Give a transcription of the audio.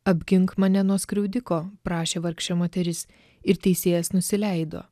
apgink mane nuo skriaudiko prašė vargšė moteris ir teisėjas nusileido